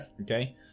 okay